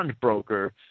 broker